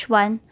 one